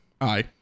aye